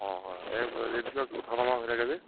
অঁ হয় এই ৰেটবিলাক উঠা নমা হৈ থাকে যে